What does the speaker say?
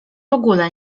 ogóle